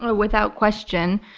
ah without question.